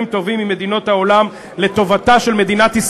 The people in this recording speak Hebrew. בכלל.